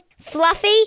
fluffy